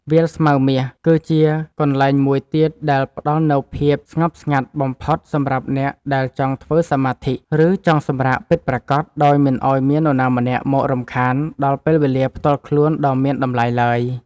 វាលស្មៅមាស គឺជាកន្លែងមួយទៀតដែលផ្តល់នូវភាពស្ងប់ស្ងាត់បំផុតសម្រាប់អ្នកដែលចង់ធ្វើសមាធិ ឬ ចង់សម្រាកពិតប្រាកដដោយមិនឱ្យមាននរណាម្នាក់មករំខានដល់ពេលវេលាផ្ទាល់ខ្លួនដ៏មានតម្លៃឡើយ។